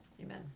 amen